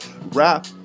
rap